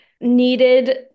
needed